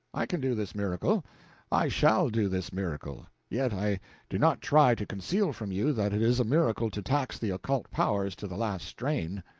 i can do this miracle i shall do this miracle yet i do not try to conceal from you that it is a miracle to tax the occult powers to the last strain.